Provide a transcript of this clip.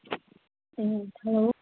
hello